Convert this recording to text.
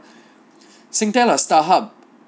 singtel or starhub